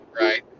right